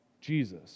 Jesus